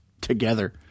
together